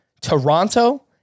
Toronto